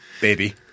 Baby